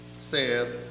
says